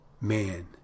man